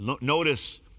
Notice